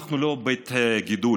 אנחנו לא בית גידול,